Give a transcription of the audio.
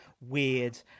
weird